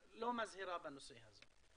מזהירה בנושא הזה.